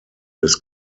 des